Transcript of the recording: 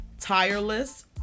tireless